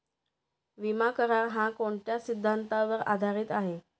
विमा करार, हा कोणत्या सिद्धांतावर आधारीत आहे?